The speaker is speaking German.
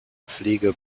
pflege